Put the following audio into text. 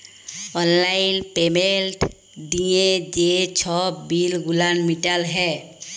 অললাইল পেমেল্ট দিঁয়ে যে ছব বিল গুলান মিটাল হ্যয়